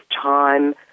time